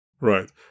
Right